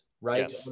right